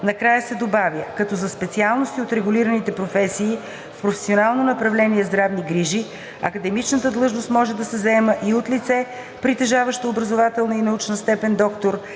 накрая се добавя „като за специалности от регулираните професии в професионално направление „Здравни грижи“ академичната длъжност може да се заема и от лице, притежаващо образователна и научна степен „доктор“